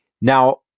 Now